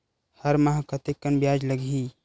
हर माह कतेकन ब्याज लगही?